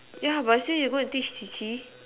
yeah but still and need go this teach